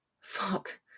Fuck